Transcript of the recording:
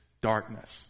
darkness